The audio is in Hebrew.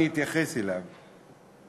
ואני אתייחס אליו,